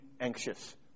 anxious